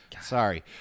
Sorry